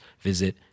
visit